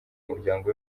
umuryango